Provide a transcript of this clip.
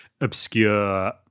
obscure